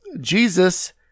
Jesus